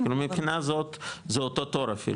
כאילו מבחינה זאת זה אותו תור אפילו.